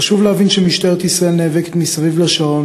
חשוב להבין שמשטרת ישראל נאבקת מסביב לשעון